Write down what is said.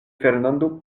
fernando